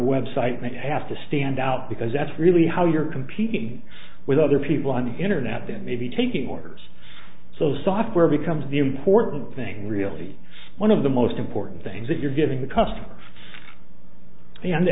website they have to stand out because that's really how you're competing with other people on the internet that may be taking orders so software becomes the important thing really one of the most important things that you're giving the customer